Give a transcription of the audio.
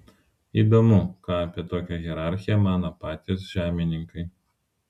įdomu ką apie tokią hierarchiją mano patys žemininkai